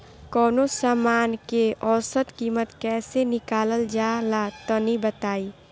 कवनो समान के औसत कीमत कैसे निकालल जा ला तनी बताई?